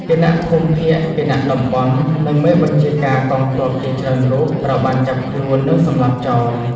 គណៈភូមិភាគ គណៈតំបន់ និងមេបញ្ជាការកងទ័ពជាច្រើនរូបត្រូវបានចាប់ខ្លួន និងសម្លាប់ចោល។